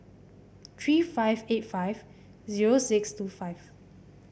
three five eight five zero six two five